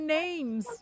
names